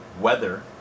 weather